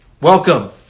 Welcome